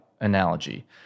analogy